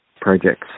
projects